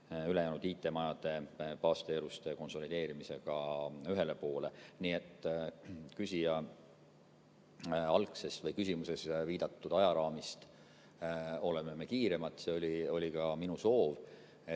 ülejäänud IT-majade baasteenuste konsolideerimisega ühele poole. Nii et küsija küsimuses viidatud ajaraamist me oleme kiiremad. See oli ka minu soov,